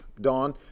Dawn